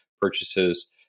purchases